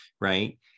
right